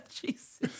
Jesus